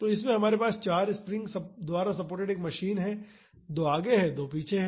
तो इसमें हमारे पास 4 स्प्रिंग्स द्वारा सपोर्टेड एक मशीन है दो आगे हैं और दो पीछे हैं